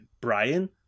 Brian